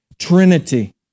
Trinity